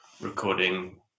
recording